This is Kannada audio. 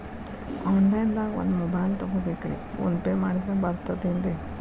ಆನ್ಲೈನ್ ದಾಗ ಒಂದ್ ಮೊಬೈಲ್ ತಗೋಬೇಕ್ರಿ ಫೋನ್ ಪೇ ಮಾಡಿದ್ರ ಬರ್ತಾದೇನ್ರಿ?